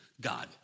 God